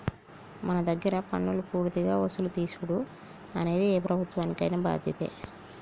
మన దగ్గర పన్నులు పూర్తిగా వసులు తీసుడు అనేది ఏ ప్రభుత్వానికైన బాధ్యతే